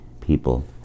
people